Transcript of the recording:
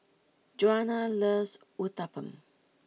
Djuana loves Uthapam